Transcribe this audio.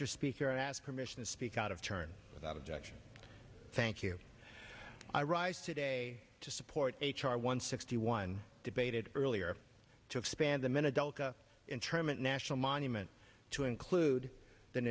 r speaker i ask permission to speak out of turn without objection thank you i rise today to support h r one sixty one debated earlier to expand them in adult internment national monument to include than